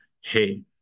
hey